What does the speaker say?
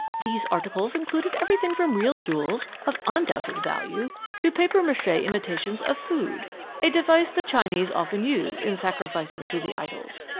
these articles included everything from real jewels of undoubted value to papier-mache imitations of food a device the chinese often use in sacrificing to the idols.